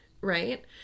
right